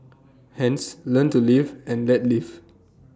hence learn to live and let live